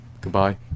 Goodbye